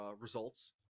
results